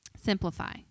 simplify